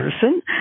person